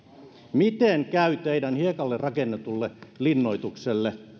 miten käy teidän hiekalle rakennetulle linnoituksellenne